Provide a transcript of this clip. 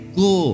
go